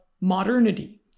modernity